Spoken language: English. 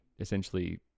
essentially